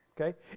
Okay